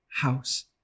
house